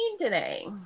today